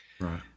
Right